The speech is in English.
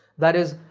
that is,